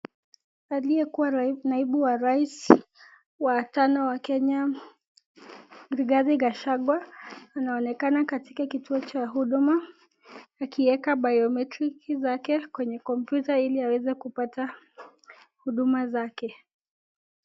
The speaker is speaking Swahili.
Aliyekuwa naibu wa rais wa tano wa kenya Rigathi gachagwa, anaonekana katika kituo cha huduma, akiweka biometric zake kwenye kompyuta ili aweze kupata huduma zake.